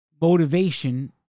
motivation